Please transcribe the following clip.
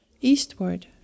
Eastward